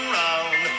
round